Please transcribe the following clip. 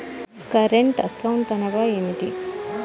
Current account అనగా ఏమిటి?